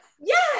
Yes